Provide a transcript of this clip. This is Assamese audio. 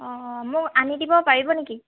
অঁ মোক আনি দিব পাৰিব নেকি